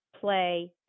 play